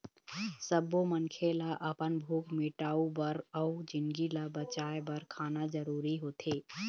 सब्बो मनखे ल अपन भूख मिटाउ बर अउ जिनगी ल बचाए बर खाना जरूरी होथे